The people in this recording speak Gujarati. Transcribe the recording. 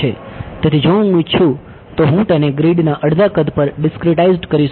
તેથી જો હું ઇચ્છું તો હું તેને ગ્રીડના અડધા કદ પર ડીસ્ક્રીટાઇઝ કરી શકું છું